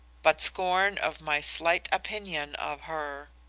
but scorn of my slight opinion of her.